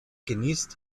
genießt